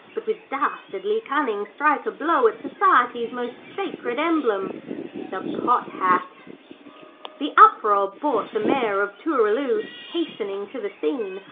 but, with dastardly cunning, strike a blow at society's most sacred emblem the pot-hat the uproar brought the mayor of tooraloo hastening to the scene,